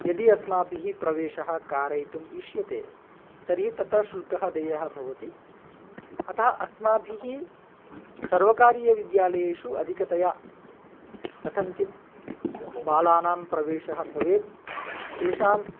यदि अस्माभिः प्रवेशः कारयितुम् इष्यते तर्हि तत्र शुल्कः देयः भवति अतः अस्माभिः सर्वकारीयविद्यालयेषु अधिकतया कथञ्चित् बालानां प्रवेशः भवेत् तेषां